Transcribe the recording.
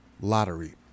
lottery